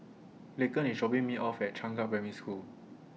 Laken IS dropping Me off At Changkat Primary School